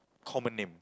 common name